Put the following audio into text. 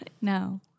No